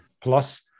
Plus